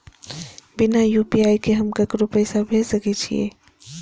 बिना यू.पी.आई के हम ककरो पैसा भेज सके छिए?